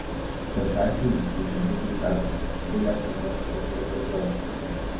tas atvejis kai žemaičiai sako bile ką nors pakeverzot